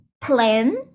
plan